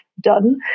done